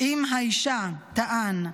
עם האישה", טען.